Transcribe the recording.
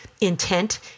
intent